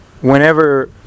whenever